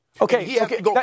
Okay